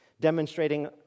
Demonstrating